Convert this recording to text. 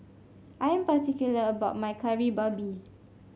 I am particular about my Kari Babi